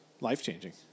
Life-changing